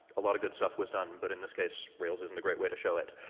a lot of good stuff was done, but in this case rails isn't a great way to show it.